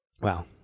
Wow